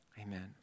Amen